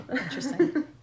interesting